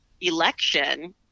election